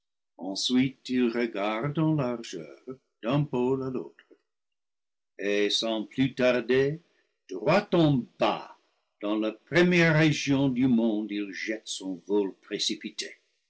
en largeur d'un pôle à l'autre et sans plus tarder droit en bas dans la première région du monde il jette son vol précipité